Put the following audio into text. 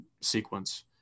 sequence